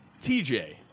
TJ